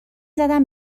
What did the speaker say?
زدم